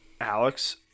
Alex